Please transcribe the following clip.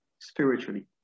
spiritually